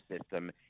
system